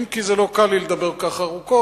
אם כי לא קל לי לדבר כל כך ארוכות,